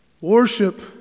Worship